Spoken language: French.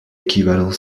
équivalent